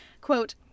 quote